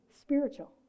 spiritual